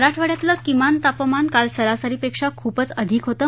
मराठवाड्यातलं किमान तापमान काल सरासरीपेक्षा खूपच अधिक होतं